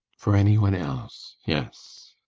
for any one else, yes.